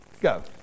Go